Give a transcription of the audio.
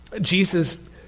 Jesus